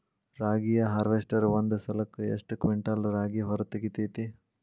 ರಾಗಿಯ ಹಾರ್ವೇಸ್ಟರ್ ಒಂದ್ ಸಲಕ್ಕ ಎಷ್ಟ್ ಕ್ವಿಂಟಾಲ್ ರಾಗಿ ಹೊರ ತೆಗಿತೈತಿ?